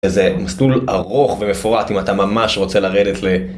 איזה מסלול ארוך ומפורט אם אתה ממש רוצה לרדת ל...